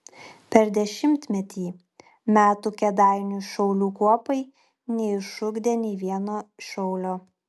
per dešimtį metų kėdainių šaulių kuopai neišugdė nei vieno šaulio